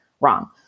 wrong